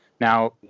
Now